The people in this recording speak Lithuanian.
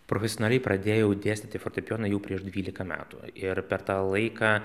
profesionaliai pradėjau dėstyti fortepijoną jau prieš dvylika metų ir per tą laiką